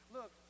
Look